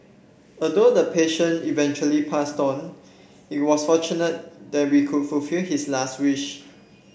although the patient eventually passed on it was fortunate that we could fulfil his last wish